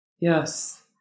Yes